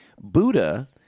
Buddha